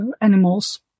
animals